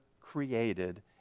created